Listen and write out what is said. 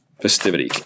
Festivity